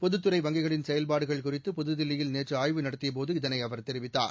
பொதுத்துறை வங்கிகளின் செயல்பாடுகள் குறித்து புதுதில்லியில் நேற்று ஆய்வு நடத்திய போது இதனை அவர் தெரிவித்தார்